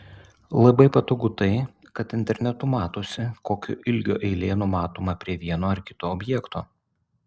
labai patogu tai kad internetu matosi kokio ilgio eilė numatoma prie vieno ar kito objekto